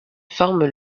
forment